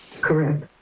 Correct